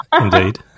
indeed